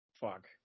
Fuck